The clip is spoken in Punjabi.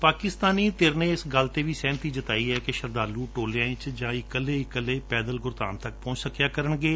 ਪਾਕਿਸਤਾਨੀ ਧਿਰ ਨੇ ਇਸ ਗੱਲ ਤੇ ਵੀ ਸਹਿਮਤੀ ਜਤਾਈ ਹੈ ਕਿ ਸ਼ਰਧਾਲੂ ਟੋਲਿਆਂ ਵਿੱਚ ਜਾਂ ਇਕੱਲੇ ਇਕੱਲੇ ਵੀ ਪੈਦਲ ਗੁਰਧਾਮ ਤੱਕ ਪਹੁੰਚ ਸਕਿਆ ਕਰਣਗੇ